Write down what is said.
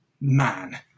man